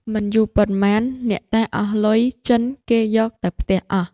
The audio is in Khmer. មិនយូរប៉ុន្មានអ្នកតាអស់លុយ ចិនគេយកទៅផ្ទះអស់ ។